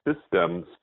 systems